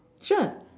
sure